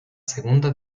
segunda